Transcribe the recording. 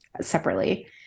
separately